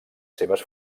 seves